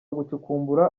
gucukumbura